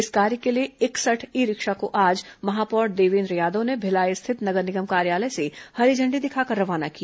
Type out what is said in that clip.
इस कार्य के लिए इकसठ ई रिक्शा को आज महापौर देवेन्द्र यादव ने भिलाई स्थित निगम कार्यालय से हरी झण्डी दिखाकर रवाना किया